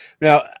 Now